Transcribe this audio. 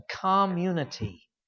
Community